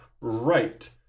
right